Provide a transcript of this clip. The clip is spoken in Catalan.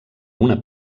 una